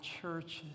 churches